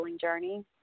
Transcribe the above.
journey